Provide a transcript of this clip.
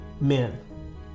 men